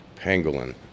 Pangolin